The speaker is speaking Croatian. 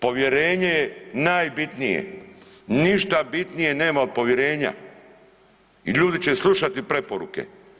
Povjerenje je najbitnije, ništa bitnije nema od povjerenje i ljudi će slušati preporuke.